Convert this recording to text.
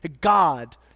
God